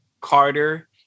Carter